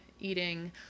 eating